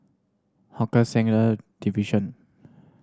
Hawker Centre Division